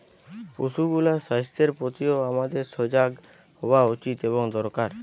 পশুগুলার স্বাস্থ্যের প্রতিও আমাদের সজাগ হওয়া উচিত এবং দরকার